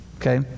Okay